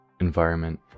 environment